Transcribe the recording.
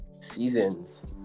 Seasons